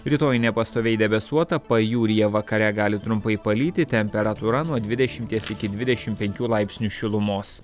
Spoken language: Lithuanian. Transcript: rytoj nepastoviai debesuota pajūryje vakare gali trumpai palyti temperatūra nuo dvidešimies iki dvidešim penkių laipsnių šilumos